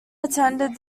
attended